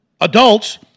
adults